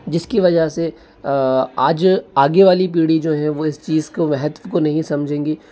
जिसकी वजह से आज आगे वाली पीढ़ी जो है वह इस चीज़ को महत्व को नहीं समझेगी